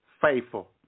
faithful